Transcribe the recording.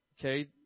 okay